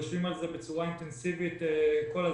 אנחנו עוברים ויושבים על זה בצורה אינטנסיבית כל הזמן.